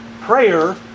Prayer